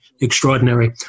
extraordinary